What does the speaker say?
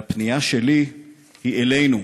והפנייה שלי היא אלינו,